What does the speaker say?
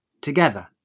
together